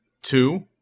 Two